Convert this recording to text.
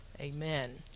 Amen